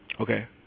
Okay